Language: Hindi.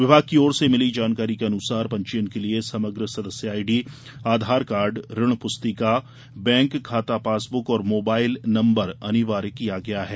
विभाग की ओर से मिली जानकारी के अनुसार पंजीयन के लिए समग्र सदस्य आईडी आधार कार्ड ऋण पुस्तिका बैंक खाता पासबुक और मोबाइल नंबर अनिवार्य किया गया है